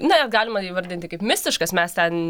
na galima įvardinti kaip mistiškas mes ten